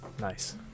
nice